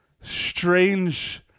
strange